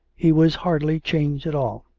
he was hardly changed at all.